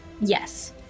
Yes